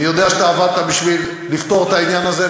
אני יודע שאתה עבדת בשביל לפתור את העניין הזה,